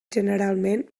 generalment